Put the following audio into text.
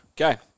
Okay